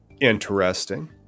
interesting